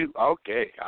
Okay